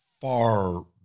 far